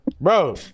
Bro